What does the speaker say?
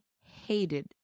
hated